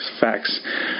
facts